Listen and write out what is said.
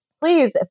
please